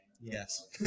Yes